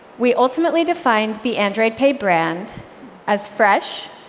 we ultimately defined the android pay brand as fresh,